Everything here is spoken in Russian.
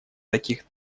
таких